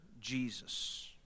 Jesus